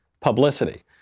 publicity